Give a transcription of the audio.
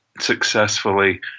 successfully